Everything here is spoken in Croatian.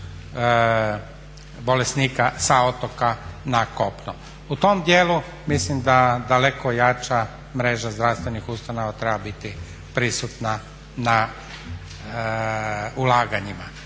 U tom djelu mislim da daleko jača mreža zdravstvenih ustanova treba biti prisutna na ulaganjima.